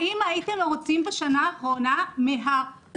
האם ההייתם מרוצים בשנה האחרונה מהשירות,